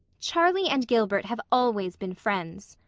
charlie and gilbert have always been friends,